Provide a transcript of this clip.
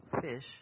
fish